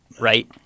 right